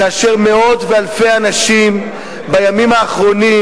כאשר מאות ואלפי אנשים בימים האחרונים